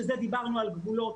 זה דיברנו על גבולות.